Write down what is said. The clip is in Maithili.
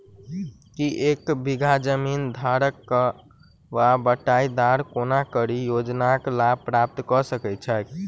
की एक बीघा जमीन धारक वा बटाईदार कोनों सरकारी योजनाक लाभ प्राप्त कऽ सकैत छैक?